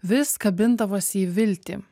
vis kabindavosi į viltį